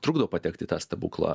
trukdo patekti į tą stebuklą